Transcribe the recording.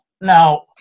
Now